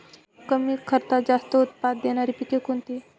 कमी खर्चात जास्त उत्पाद देणारी पिके कोणती?